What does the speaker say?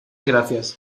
gracias